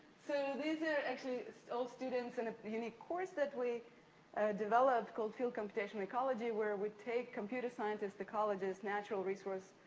so, these are actually old students in a unique course that we ah developed called field computational ecology, where we take computer scientists, ecologists, natural resource